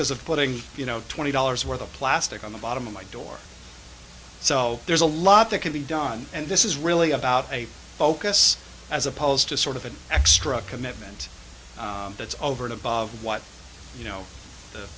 because of putting you know twenty dollars worth of plastic on the bottom of my door so there's a lot that can be done and this is really about a focus as opposed to sort of an extra commitment that's over and above what you know the